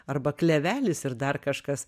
arba klevelis ir dar kažkas